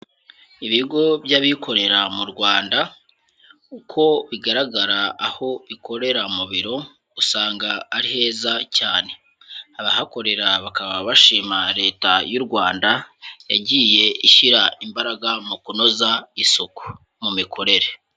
Ibigo by'abikorera mu Rwanda, uko bigaragara aho ikorera mu biro, usanga ari heza cyane, abahakorera bakaba bashima Leta y'u Rwanda yagiye ishyira imbaraga mu kunoza isuku mu mikorere.